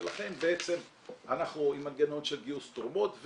ולכן בעצם אנחנו עם מנגנון של גיוס תרומות.